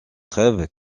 trêve